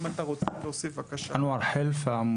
אנואר, אם אתה רוצה להוסיף, בבקשה.